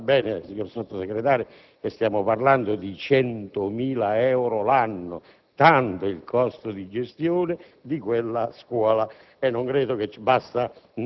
più il danaro per mantenere quella scuola. Badi bene, signor Sottosegretario, che stiamo parlando di 100.000 euro l'anno (tanto è il costo di gestione